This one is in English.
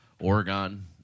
Oregon